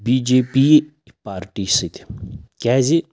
B J P party سۭتۍ کیٛازِ